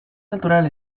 natural